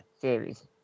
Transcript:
series